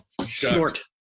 Snort